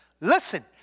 Listen